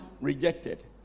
rejected